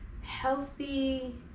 healthy